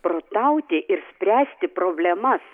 protauti ir spręsti problemas